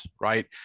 right